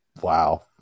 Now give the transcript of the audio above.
Wow